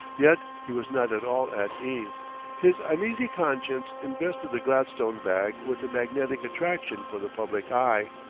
yet he was not at all at ease his uneasy conscience invested the gladstone bag with a magnetic attraction for the public eye.